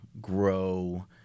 grow